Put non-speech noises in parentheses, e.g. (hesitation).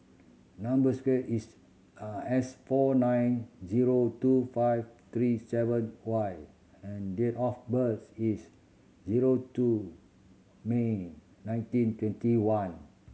number square is (hesitation) S four nine zero two five three seven Y and date of birth is zero two May nineteen twenty one